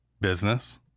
business